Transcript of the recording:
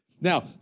Now